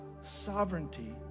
sovereignty